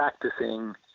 practicing